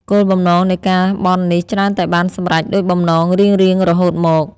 គោលបំណងនៃការបន់នេះច្រើនតែបានសម្រេចដូចបំណងរៀងៗរហូតមក ។